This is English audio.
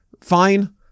Fine